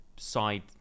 side